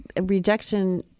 rejection